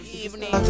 evening